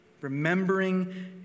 remembering